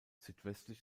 südwestlich